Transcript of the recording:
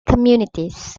communities